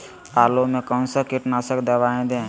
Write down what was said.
आलू में कौन सा कीटनाशक दवाएं दे?